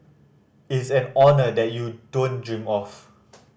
it's an honour that you don't dream of